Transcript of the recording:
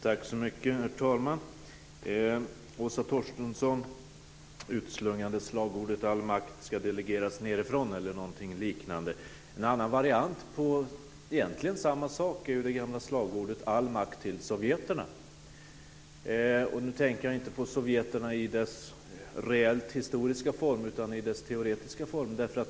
Herr talman! Åsa Torstensson utslungade slagorden "all makt ska delegeras nedifrån" eller något liknande. En annan variant av egentligen samma sak är de gamla slagorden "all makt till sovjeterna". Nu tänker jag inte på sovjeterna i dess reellt historiska form utan i dess teoretiska form.